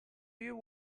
you